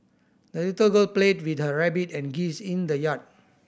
the little girl played with her rabbit and geese in the yard